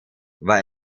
war